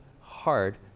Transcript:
hard